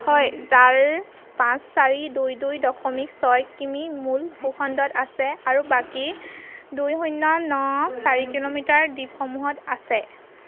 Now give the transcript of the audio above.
হয় যাৰ পাঁচ চাৰি দুই দুই দশমিক ছয় কিমি মূল ভূখণ্ডত আছে আৰু বাকী দুই শূণ্য ন চাৰি কিলোমিটাৰ দ্বীপসমূহত আছে